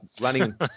running